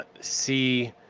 see